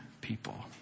people